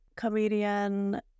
comedian